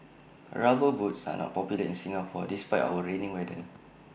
rubber boots are not popular in Singapore despite our rainy weather